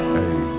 Hey